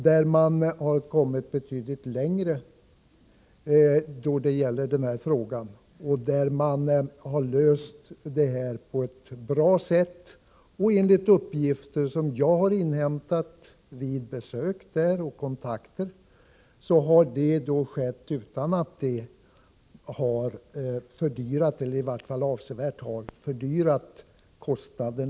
Där har man kommit betydligt längre i denna fråga och löst problemet på ett bra sätt. Enligt uppgifter som jag har inhämtat genom kontakter och vid besök i Finland har det skett utan att det har medfört höjda kostnader, i varje fall inte avsevärt höjda kostnader.